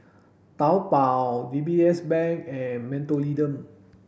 Taobao D B S Bank and Mentholatum